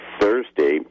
Thursday